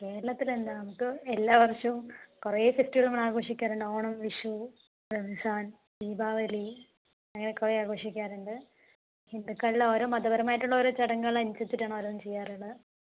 കേരളത്തിലെന്താ നമുക്കെല്ലാ വർഷവും കുറേ ഫെസ്റ്റിവൽ നമ്മൾ ആഘോഷിക്കാറുണ്ട് ഓണം വിഷു റംസാൻ ദീപാവലി അങ്ങനെ കുറേ ആഘോഷിക്കാറുണ്ട് ഹിന്ദുക്കളിൽ ഓരോ മതപരമായിട്ടുള്ള ഓരോ ചടങ്ങുകൾ അനുസരിച്ചിട്ടാണ് ഓരോന്ന് ചെയ്യാറുള്ളത്